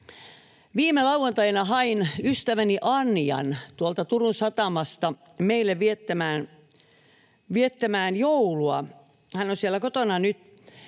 Viime lauantaina hain ystäväni Anjan Turun satamasta meille viettämään joulua. Hän on siellä kotonani,